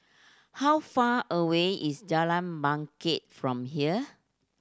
how far away is Jalan Bangket from here